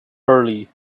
early